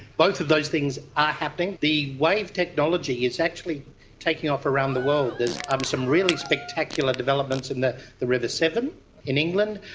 both of those things are happening. the wave technology is actually taking off around the world. there is um some really spectacular developments in the the river severn in england,